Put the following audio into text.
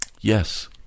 yes